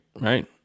right